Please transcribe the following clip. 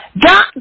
God